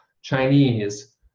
Chinese